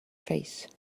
face